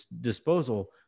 disposal